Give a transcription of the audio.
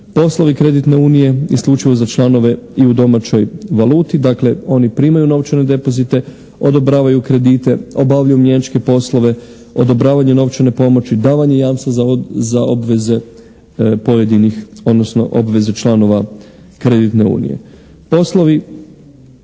Poslovi kreditne unije isključivo za članove i u domaćoj valuti. Dakle, oni primaju novčane depozite, odobravaju kredite, obavljaju mjenjačke poslove, odobravanje novčane pomoći, davanje jamstva za obveze pojedinih odnosno obveze članova kreditne unije. Poslovi,